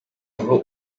aho